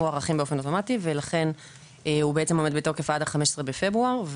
מוארכים באופן אוטומטי ולכן הוא עומד בתוקף עד 15 בפברואר,